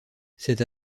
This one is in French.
cette